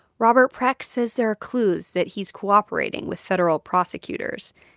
robert precht says there are clues that he's cooperating with federal prosecutors.